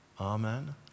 Amen